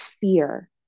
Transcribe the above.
fear